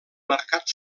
mercat